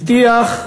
הבטיח,